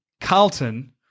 Carlton